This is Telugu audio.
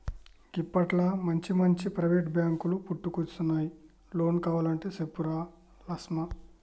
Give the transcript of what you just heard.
గిప్పట్ల మంచిమంచి ప్రైవేటు బాంకులు పుట్టుకొచ్చినయ్, లోన్ కావలంటే చెప్పురా లస్మా